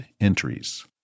entries